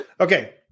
okay